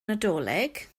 nadolig